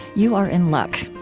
you're in luck.